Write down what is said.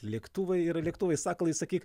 lėktuvai yra lėktuvai sakalai sakyk